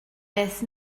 beth